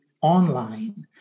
online